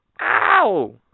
Ow